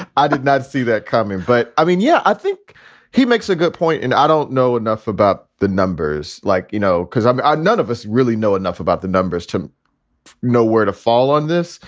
i did not see that coming. but i mean, yeah, i think he makes a good point. and i don't know enough about the numbers, like, you know, because i'd i'd none of us really know enough about the numbers to know where to fall on this.